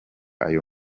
ayo